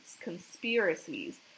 conspiracies